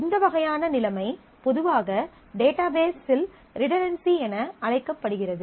இந்த வகையான நிலைமை பொதுவாக டேட்டாபேஸ்சில் ரிடன்டன்சி என அழைக்கப்படுகிறது